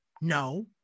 no